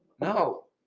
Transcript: No